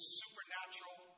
supernatural